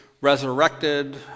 resurrected